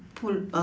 pul~